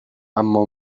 اما